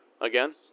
again